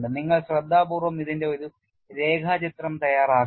നിങ്ങൾ ശ്രദ്ധാപൂർവ്വം ഇതിന്റെ ഒരു രേഖാചിത്രം തയ്യാറാക്കുക